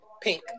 Pink